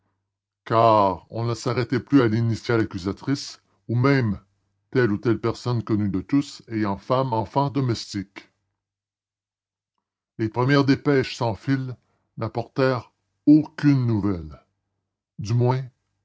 car on ne s'arrêtait plus à l'initiale accusatrice ou même telle ou telle personne connue de tous ayant femme enfants domestiques les premières dépêches sans fil n'apportèrent aucune nouvelle du moins